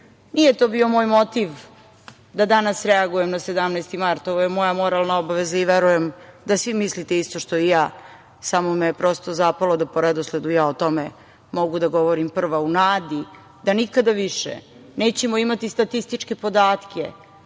Nije to bio moj motiv da danas reagujem na 17. mart. Ovo je moja moralna obaveza i verujem da svi mislite isto što i ja, samo me je prosto zapalo da po redosledu ja o tome mogu da govorim prva, a u nadi da nikada više nećemo imati statističke podatke